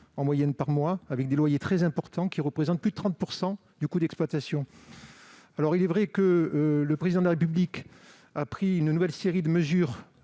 euros par mois, avec des loyers très importants, atteignant plus de 30 % du coût d'exploitation. Il est vrai que le Président de la République a pris une nouvelle série de mesures